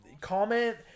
comment